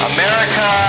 America